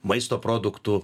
maisto produktų